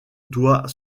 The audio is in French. doit